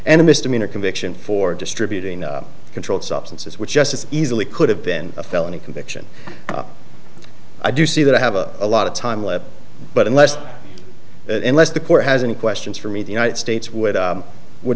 and a misdemeanor conviction for distributing the controlled substances which just as easily could have been a felony conviction i do see that i have a lot of time left but unless unless the court has any questions for me the united states would i would